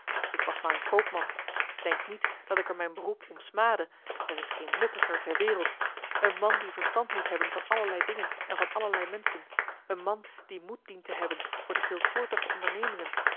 a a r een koopman denk niet dat ik er mijn beroep om smade er is geen nuttiger ter wereld een man die verstand moet hebben van allerlei dingen en van allerlei menschen een man die moed dient te hebben voor de veelsoortige ondernemingen